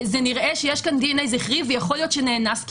נראה שיש כאן דנ"א זכרי ויכול להיות שנאנסת,